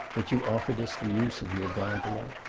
that you offered us the use of your gondola?